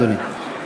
אדוני.